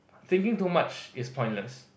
thinking too much is pointless